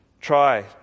try